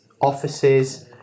offices